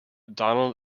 donald